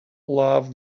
love